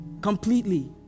Completely